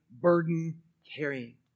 burden-carrying